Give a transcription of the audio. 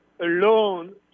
alone